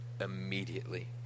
immediately